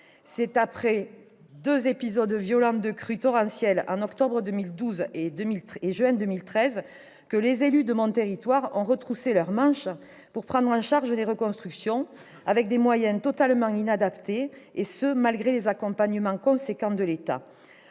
C'est après deux épisodes violents de crues torrentielles en octobre 2012 et juin 2013 que les élus de mon territoire se sont retroussé les manches pour prendre en charge la reconstruction avec des moyens totalement inadaptés, et ce malgré les accompagnements financiers importants